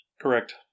Correct